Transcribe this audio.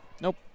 Nope